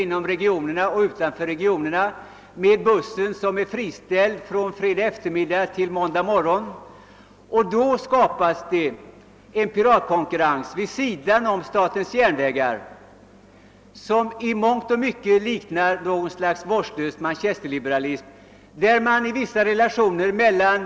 går man in och krigar i konkurrensen både inom och utom regionerna. På så sätt skapas en piratkonkurrens till statens järnvägar vilken i mångt och mycket liknar ett slags vårdslös manchesterliberalism. Utan ansvar vare sig mot trafikanter eller samhälle.